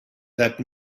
that